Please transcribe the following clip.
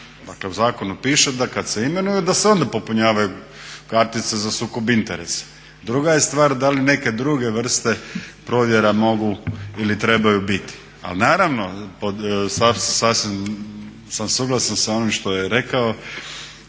U zakonu piše da kad se imenuje da se onda popunjavaju kartice za sukob interesa. Druga je stvar da li neke druge vrste provjera mogu ili trebaju biti. Ali naravno sasvim sam suglasan sa onim što je rekao